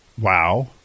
wow